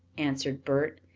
answered bert,